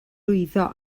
lwyddo